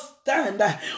Stand